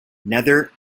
nether